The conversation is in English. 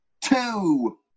Two